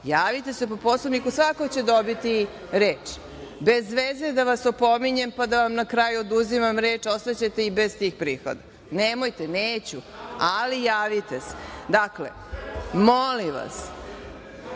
Javite se po Poslovniku, svako će dobiti reč. Bez veze je da vas opominjem pa da vam na kraju oduzimam reč, ostaćete i bez tih prihoda. Nemojte, neću, ali javite se. Dakle, molim